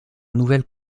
nouvelle